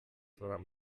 sondern